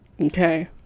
Okay